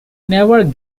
never